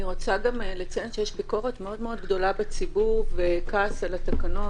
אני רוצה לציין שיש ביקורת מאוד גדולה בציבור וכעס על התקנות,